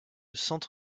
centre